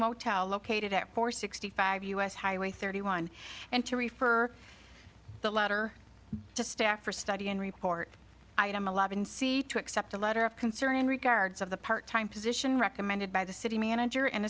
motel located at four sixty five u s highway thirty one and to refer the letter to staff or study and report item eleven c to accept a letter of concern in regards of the part time position recommended by the city manager and